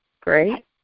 Great